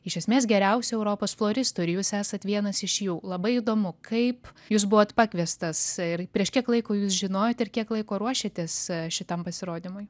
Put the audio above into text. iš esmės geriausių europos floristų ir jūs esat vienas iš jų labai įdomu kaip jūs buvot pakviestas ir prieš kiek laiko jūs žinojot ir kiek laiko ruošėtės šitam pasirodymui